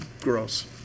gross